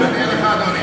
אני אענה לך, אדוני.